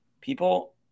People